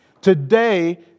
Today